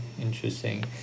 interesting